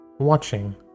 watching